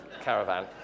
caravan